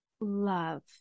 love